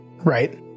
Right